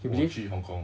you believe